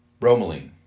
bromelain